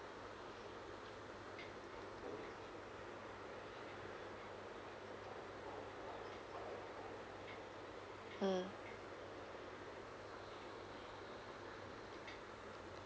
mm